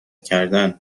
کردن